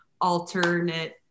alternate